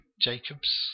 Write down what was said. Jacobs